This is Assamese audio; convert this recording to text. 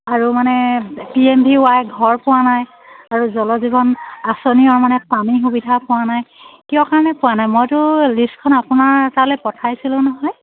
আৰু মানে পি এম ডি ৱাই ঘৰ পোৱা নাই আৰু জল জীৱন আঁচনি মানে পানীৰ সুবিধা পোৱা নাই কিয় কাৰণে পোৱা নাই মইতো লিষ্টখন আপোনাৰ তালৈ পঠাইছিলো নহয়